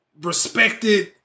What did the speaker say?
respected